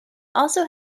also